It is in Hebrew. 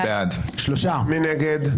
מי נגד?